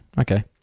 Okay